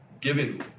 giving